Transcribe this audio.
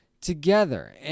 together